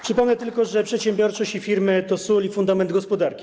Przypomnę tylko, że przedsiębiorczość i firmy to sól i fundament gospodarki.